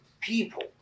people